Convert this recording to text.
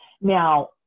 Now